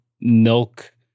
milk